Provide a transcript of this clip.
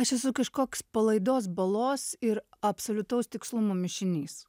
aš esu kažkoks palaidos balos ir absoliutaus tikslumo mišinys